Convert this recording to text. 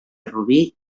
rubí